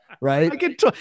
right